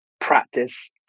practice